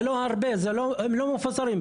זה לא הרבה, הם לא מפוזרים.